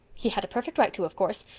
he had a perfect right to, of course.